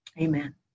Amen